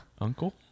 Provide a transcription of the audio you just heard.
Uncle